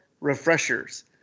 refreshers